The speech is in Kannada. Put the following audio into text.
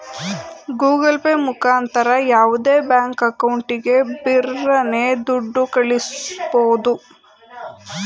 ಗೂಗಲ್ ಪೇ ಮುಖಾಂತರ ಯಾವುದೇ ಬ್ಯಾಂಕ್ ಅಕೌಂಟಿಗೆ ಬಿರರ್ನೆ ದುಡ್ಡ ಕಳ್ಳಿಸ್ಬೋದು